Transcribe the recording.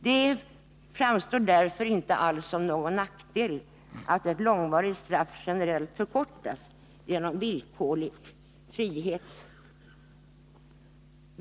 Det framstår därför inte som någon nackdel att ett långvarigt straff generellt förkortas genom villkorlig frigivning.